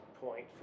point